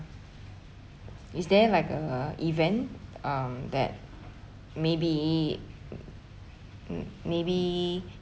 is there like a event um that maybe m~ maybe